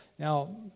Now